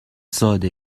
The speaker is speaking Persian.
ساده